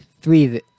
three